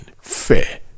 fair